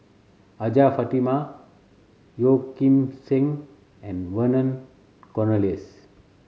Hajjah Fatimah Yeo Kim Seng and Vernon Cornelius